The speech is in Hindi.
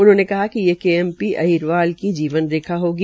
उन्होंने कहा कि केएमपी अहीरवाल की जीवन रेखा होगी